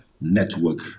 Network